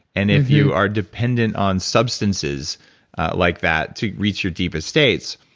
and if you are dependent on substances like that to reach your deepest states,